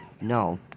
No